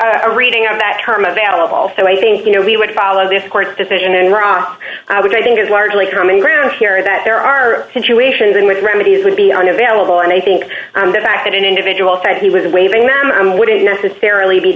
be a reading of that term available so i think you know we would follow this court's decision and ross i would i think it's largely common ground here that there are situations in which remedies would be unavailable and i think the fact that an individual said he was waving them wouldn't necessarily be